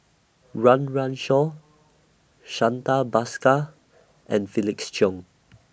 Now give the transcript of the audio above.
Shui Lan Ali Iskandar Shah and Surtini Sarwan